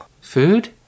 food